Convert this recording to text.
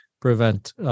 prevent